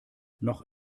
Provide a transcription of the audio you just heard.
noch